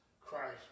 Christ